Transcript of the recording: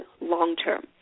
long-term